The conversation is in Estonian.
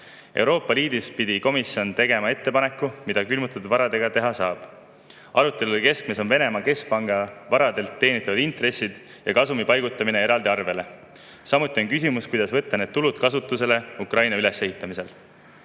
Euroopa Liidus pidi komisjon tegema ettepaneku, mida külmutatud varadega teha saab. Arutelude keskmes on Venemaa keskpanga varadelt teenitavad intressid ja kasumi paigutamine eraldi arvele. Samuti on küsimus, kuidas võtta need tulud kasutusele Ukraina ülesehitamisel.